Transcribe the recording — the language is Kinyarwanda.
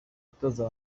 gutoza